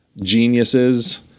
geniuses